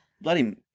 Bloody